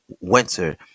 winter